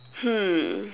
hmm